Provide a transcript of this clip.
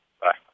Bye